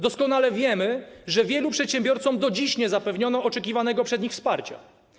Doskonale wiemy, że wielu przedsiębiorcom do dziś nie zapewniono oczekiwanego przez nich wsparcia.